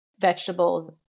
vegetables